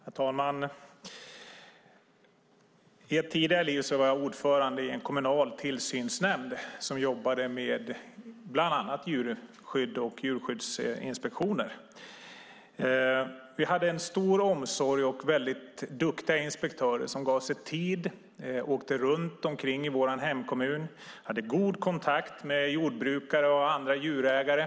Herr talman! I ett tidigare liv var jag ordförande i en kommunal tillsynsnämnd som jobbade med bland annat djurskydd och djurskyddsinspektioner. Vi hade en stor omsorg och väldigt duktiga inspektörer som gav sig tid och åkte runt omkring i vår hemkommun. De hade god kontakt med jordbrukare och andra djurägare.